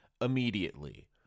immediately